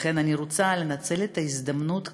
לכן אני רוצה לנצל את ההזדמנות כאן,